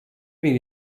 bir